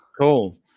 Cool